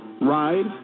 Ride